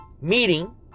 meeting